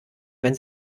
wenn